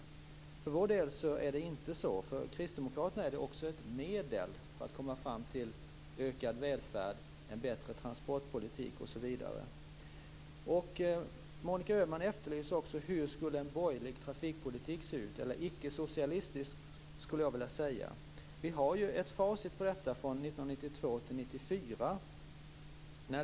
För vår del är de inte bara mål. För kristdemokraterna är de också medel för att man ska komma fram till ökad välfärd, en bättre transportpolitik osv. Monica Öhman frågar hur en borgerlig - jag skulle vilja säga icke-socialistisk - trafikpolitik skulle se ut. Vi har ju facit på detta från 1992-1994.